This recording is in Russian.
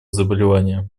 заболевания